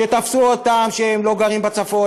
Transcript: שתפסו אותם שהם לא גרים בצפון,